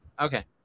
Okay